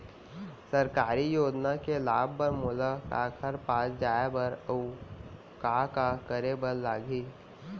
सरकारी योजना के लाभ बर मोला काखर पास जाए बर अऊ का का करे बर लागही?